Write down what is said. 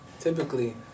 typically